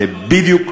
זה בדיוק,